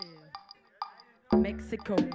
Mexico